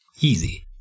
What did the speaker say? Easy